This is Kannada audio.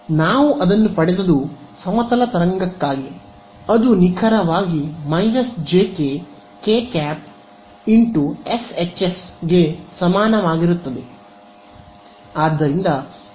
ನಾವು ಅದನ್ನು ಪಡೆದದು ಸಮತಲ ತರಂಗಕ್ಕಾಗಿ ಅದು ನಿಖರವಾಗಿ −jk k × sHs ಗೆ ಸಮಾನವಾಗಿರುತ್ತದೆ